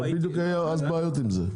בדיוק היו אז בעיות עם זה.